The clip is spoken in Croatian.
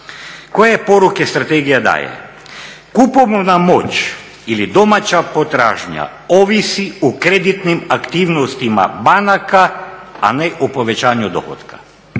Koje poruke strategija daje? Kupovnu nam moć ili domaća potražnja ovisi o kreditnim aktivnostima banaka, a ne o povećanju dohotka,